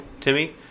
Timmy